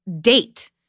date